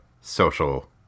social